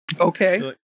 Okay